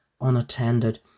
unattended